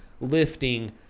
lifting